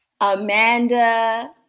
Amanda